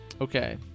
Okay